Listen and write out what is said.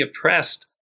oppressed